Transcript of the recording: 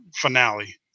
finale